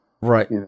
Right